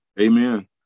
Amen